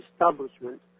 Establishment